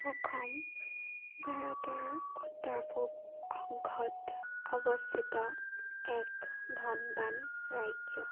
অসম ভাৰতৰ উত্তৰ পূব অংশত অৱস্থিত এক ধনৱান ৰাজ্য